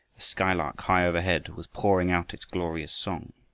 the skylark high overhead was pouring out its glorious song,